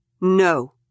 No